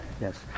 Yes